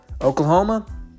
Oklahoma